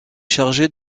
chargé